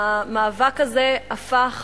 המאבק הזה הפך